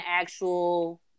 actual